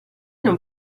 non